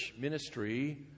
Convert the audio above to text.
ministry